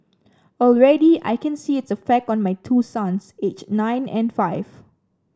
already I can see its effect on my two sons aged nine and five